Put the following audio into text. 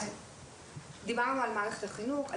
דיברנו על מערכת החינוך.